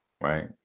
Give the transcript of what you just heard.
Right